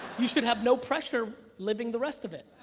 you should have no pressure living the rest of it.